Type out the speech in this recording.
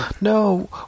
No